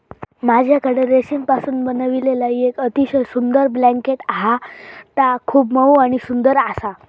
माझ्याकडे रेशीमपासून बनविलेला येक अतिशय सुंदर ब्लँकेट हा ता खूप मऊ आणि सुंदर आसा